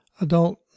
Adult